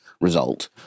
result